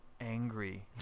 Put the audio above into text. angry